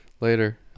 later